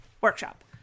workshop